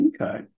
Okay